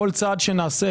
כל צעד שנעשה,